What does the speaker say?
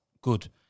good